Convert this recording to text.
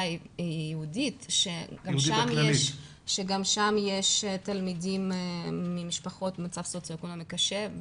היהודית שגם שם יש תלמידים ממשפחות במצב סוציו אקונומי קשה.